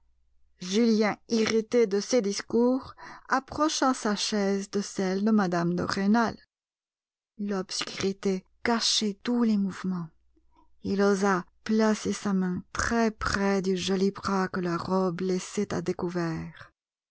julien irrité de ces discours approcha sa chaise de celle de mme de rênal l'obscurité cachait tous les mouvements il osa placer sa main très près du joli bras que la robe laissait à découvert